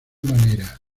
manera